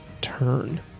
turn